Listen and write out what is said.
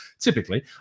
typically